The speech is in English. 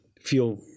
feel